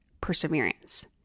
perseverance